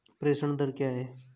प्रेषण दर क्या है?